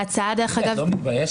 ההצעה דרך אגב --- תגידי, את לא מתביישת?